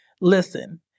Listen